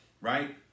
right